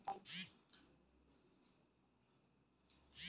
ನಮ್ ಭಾರತ ದೇಶದಾಗ್ ಟೀಗ್ ಚಾ ಅಥವಾ ಚಹಾ ಅಂತ್ ಕರಿತಾರ್